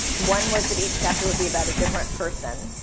one was that each chapter would be about a different person.